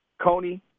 Coney